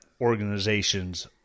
organizations